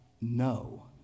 no